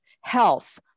health